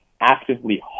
actively